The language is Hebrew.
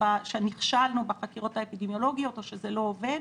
שנכשלנו בחקירות האפידמיולוגיות או שזה לא עובד.